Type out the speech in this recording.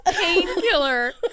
painkiller